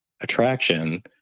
attraction